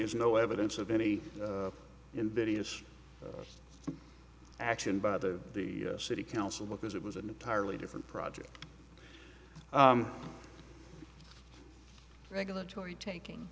is no evidence of any invidious action by the the city council because it was an entirely different project regulatory taking